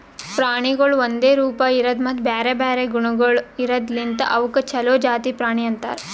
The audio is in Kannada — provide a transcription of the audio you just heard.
ಪ್ರಾಣಿಗೊಳ್ ಒಂದೆ ರೂಪ, ಇರದು ಮತ್ತ ಬ್ಯಾರೆ ಬ್ಯಾರೆ ಗುಣಗೊಳ್ ಇರದ್ ಲಿಂತ್ ಅವುಕ್ ಛಲೋ ಜಾತಿ ಪ್ರಾಣಿ ಅಂತರ್